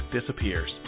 disappears